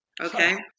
Okay